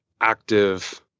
active